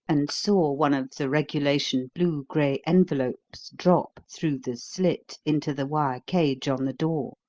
and saw one of the regulation blue-grey envelopes drop through the slit into the wire cage on the door.